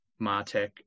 Martech